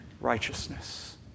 righteousness